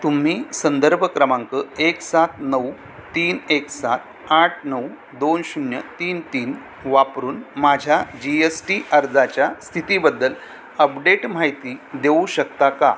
तुम्ही संदर्भ क्रमांक एक सात नऊ तीन एक सात आठ नऊ दोन शून्य तीन तीन वापरून माझ्या जी एस टी अर्जाच्या स्थितीबद्दल अपडेट माहिती देऊ शकता का